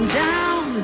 down